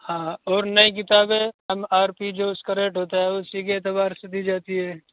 ہاں اور نئی کتابیں ایم آر پی جو اس کا ریٹ ہوتا ہے اسی کے اعتبار سے دی جاتی ہے